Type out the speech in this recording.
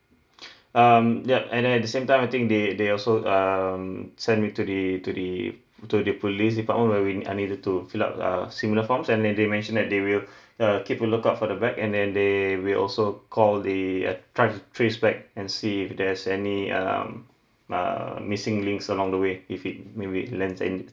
um yup and then at the same time I think they they also um send me to the to the to the police department where we uh needed to fill up uh similar forms and then they mention that they will uh keep a lookout for the bag and then they will also call the uh try to trace back and see if there's any um err missing links along the way if it maybe lands in